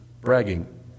bragging